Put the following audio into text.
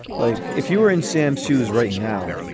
like if you were in sam's shoes right now,